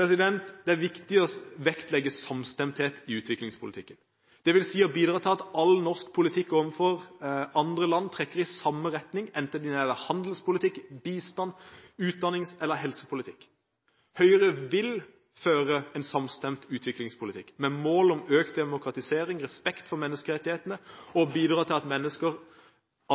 Det er viktig å vektlegge samstemthet i utviklingspolitikken, dvs. å bidra til at all norsk politikk overfor andre land trekker i samme retning, enten det gjelder handelspolitikk, bistand, utdanningspolitikk eller helsepolitikk. Høyre vil føre en samstemt utviklingspolitikk med mål om økt demokratisering og respekt for menneskerettighetene, og bidra til at mennesker